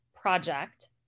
project